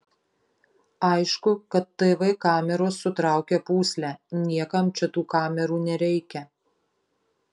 aišku kad tv kameros sutraukia pūslę niekam čia tų kamerų nereikia